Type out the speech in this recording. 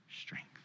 strength